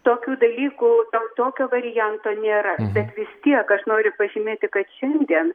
tokių dalykų tokio varianto nėra bet vis tiek aš noriu pažymėti kad šiandien